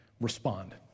respond